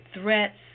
threats